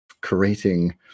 creating